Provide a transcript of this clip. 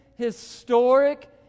historic